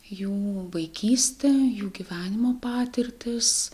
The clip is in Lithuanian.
jų vaikystė jų gyvenimo patirtys